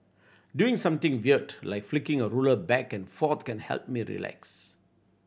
doing something weird like flicking a ruler back and forth can help me relax